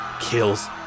kills